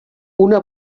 una